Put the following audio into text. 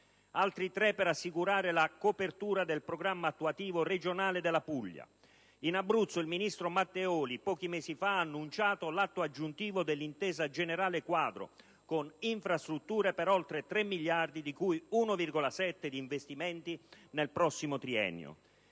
altri 3 per assicurare la copertura del Programma attuativo regionale della Puglia. In Abruzzo il ministro Matteoli, pochi mesi fa, ha annunciato l'Atto aggiuntivo dell'Intesa generale quadro con infrastrutture per oltre 3 miliardi, di cui 1,7 di investimenti nel prossimo triennio.